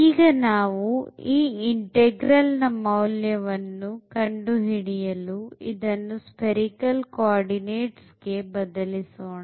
ಈಗ ನಾವು ಈ ಇಂತೆಗ್ರಲ್ ನ ಮೌಲ್ಯವನ್ನು ಕಂಡುಹಿಡಿಯಲು ಇದನ್ನು spherical coordinates ಗೆ ಬದಲಿಸೋಣ